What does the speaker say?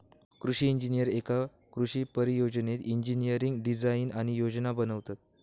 कृषि इंजिनीयर एका कृषि परियोजनेत इंजिनियरिंग डिझाईन आणि योजना बनवतत